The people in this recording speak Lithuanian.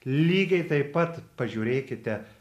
lygiai taip pat pažiūrėkite